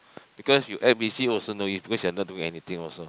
because you act busy also no use because you are not doing anything also